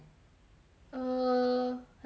err I can't remember eh